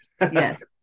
Yes